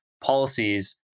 policies